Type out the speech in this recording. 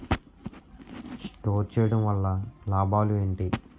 Store చేయడం వల్ల లాభాలు ఏంటి?